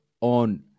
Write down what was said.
on